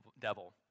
devil